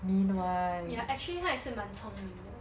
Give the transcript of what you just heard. uh ya actually 他也是蛮聪明的